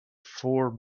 four